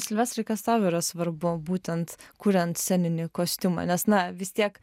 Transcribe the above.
silvestrai kas tau yra svarbu būtent kuriant sceninį kostiumą nes na vis tiek